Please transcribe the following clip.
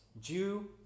Jew